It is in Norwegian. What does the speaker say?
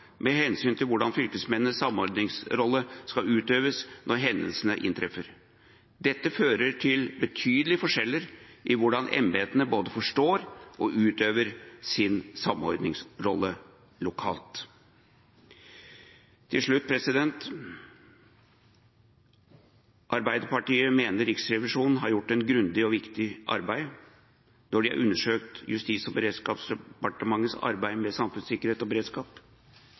med hensyn til hvordan fylkesmennenes samordningsrolle skal utøves når hendelser inntreffer. Dette fører til betydelige forskjeller i hvordan embetene både forstår og utøver sin samordningsrolle regionalt. Til slutt: Arbeiderpartiet mener Riksrevisjonen har gjort et grundig og viktig arbeid når de har undersøkt Justis- og beredskapsdepartementets arbeid med samfunnssikkerhet og beredskap.